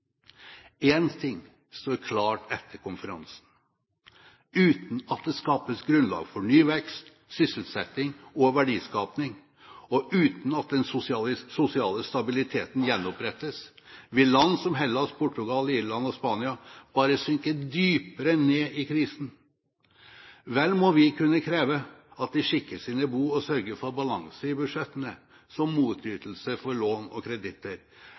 ting står klart etter konferansen: Uten at det skapes grunnlag for ny vekst, sysselsetting og verdiskaping, og uten at den sosiale stabiliteten gjenopprettes, vil land som Hellas, Portugal, Irland og Spania bare synke dypere ned i krisen. Vel må vi kunne kreve at de skikker sine bo og sørger for balanse i budsjettene som motytelse for lån og kreditter,